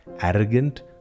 arrogant